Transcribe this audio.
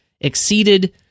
exceeded